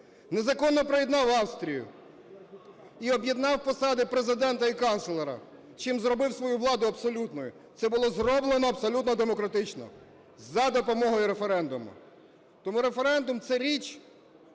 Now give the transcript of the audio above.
незаконно приєднав Австрію і об'єднав посади президента і канцлера, чим зробив свою владу абсолютною. Це було зроблено абсолютно демократично, за допомогою референдуму. Тому референдум – це річ,